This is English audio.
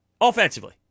Offensively